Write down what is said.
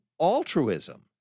altruism